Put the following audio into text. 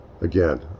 again